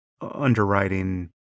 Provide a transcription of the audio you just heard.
underwriting